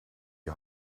die